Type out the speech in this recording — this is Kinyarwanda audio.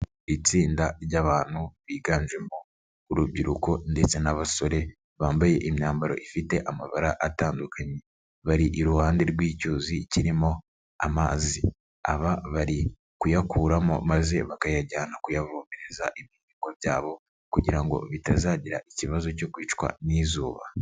Itsinda ry'abantu biganjemo urubyiruko ndetse n'abasore, bambaye imyambaro ifite amabara atandukanye, bari iruhande rw'icyuzi kirimo amazi, aba bari kuyakuramo maze bakayajyana kuyavomereza ibihingwa byabo kugira ngo bitazagira ikibazo cyo kwicwa n'izuba.